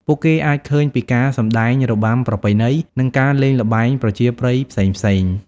ពួកគេអាចឃើញពីការសម្ដែងរបាំប្រពៃណីនិងការលេងល្បែងប្រជាប្រិយផ្សេងៗ។